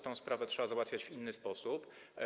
Tę sprawę trzeba załatwiać w inny sposób.